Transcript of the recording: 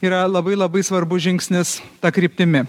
yra labai labai svarbus žingsnis ta kryptimi